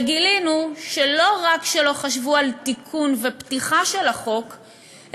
וגילינו שלא רק שלא חשבו על תיקון ופתיחה של החוק,